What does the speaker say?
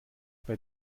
bei